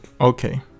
Okay